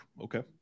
Okay